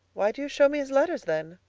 why do you show me his letters, then?